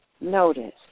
notice